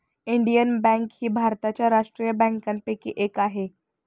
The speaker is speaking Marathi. इंडियन बँक ही भारताच्या राष्ट्रीय बँकांपैकी एक आहे